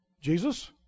Jesus